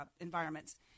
environments